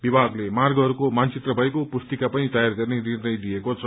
विभागले मार्गहरूको मानचित्र भएको पुस्तिका पनि तयार गत्ने निर्णय लिएको छ